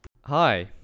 Hi